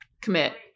commit